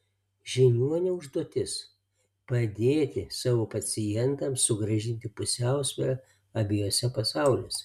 žiniuonio užduotis padėti savo pacientams sugrąžinti pusiausvyrą abiejuose pasauliuose